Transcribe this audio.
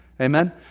Amen